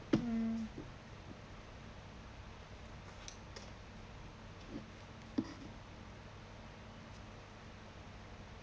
mm